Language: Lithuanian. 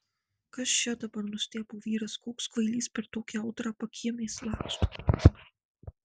kas čia dabar nustebo vyras koks kvailys per tokią audrą pakiemiais laksto